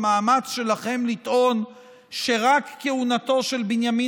במאמץ שלכם לטעון שרק כהונתו של בנימין